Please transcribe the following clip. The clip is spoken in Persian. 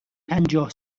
پنجاه